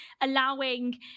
allowing